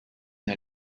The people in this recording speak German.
der